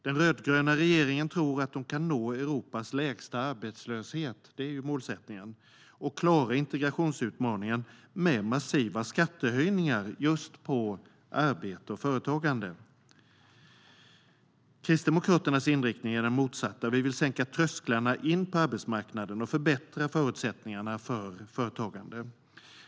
Den rödgröna regeringen tror att man kan nå Europas lägsta arbetslöshet - det är ju målsättningen - och klara integrationsutmaningen med massiva skattehöjningar på just arbete och företagande. Kristdemokraternas inriktning är den motsatta. Vi vill sänka trösklarna in på arbetsmarknaden och förbättra förutsättningarna för företagande.